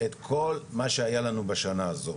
את כל מה שהיה לנו בשנה הזאת.